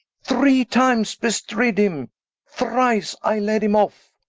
three times bestrid him thrice i led him off,